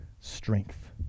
strength